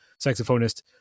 saxophonist